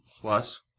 plus